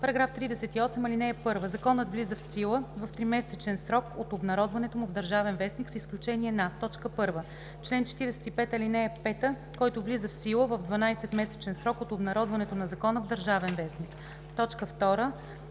става § 38: „§ 38. (1) Законът влиза в сила в тримесечен срок от обнародването му в „Държавен вестник“ с изключение на: 1. член 45, ал. 5, който влиза в сила в 12-месечен срок от обнародването на закона в „ Държавен вестник“;